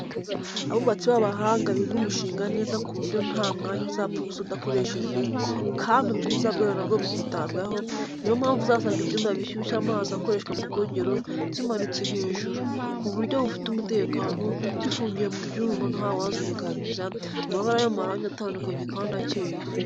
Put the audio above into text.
Abubatsi b'abahanga biga umushinga neza ku buryo nta mwanya uzapfa ubusa udakoreshejwe, kandi ubwiza bwayo na bwo bukitabwaho; ni iyo mpamvu uzasanga ibyuma bishyushya amazi akoreshwa mu bwogero zimanitse hejuru, ku buryo bufite umutekano, zifungiye mu byuma nta wazinyeganyeza; amabara y'amarange atandukanye kandi akeye.